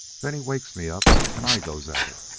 then he wakes me up, and i goes at it.